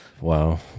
Wow